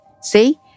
See